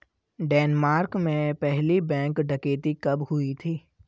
Denmark में पहली bank डकैती कब हुई थी?